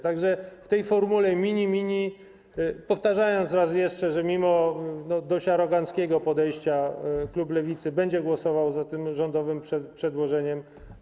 Tak że w tej formule mini-mini, powtarzam raz jeszcze, mimo dość aroganckiego podejścia klub Lewicy będzie głosował za tym rządowym przedłożeniem.